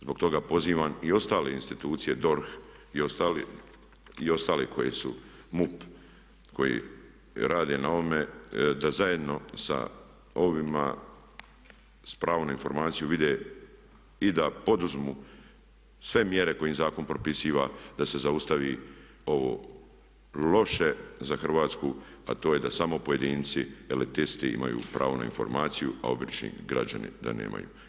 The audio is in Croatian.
Zbog toga pozivam i ostale institucije DORH i ostale koje su MUP koji radi na ovome da zajedno sa ovima s pravom na informaciju vide i da poduzmu sve mjere koje im zakon propisiva, da se zaustavi ovo loše za Hrvatsku, a to je da samo pojedinci elitisti imaju pravo na informaciju, a obični građani da nemaju.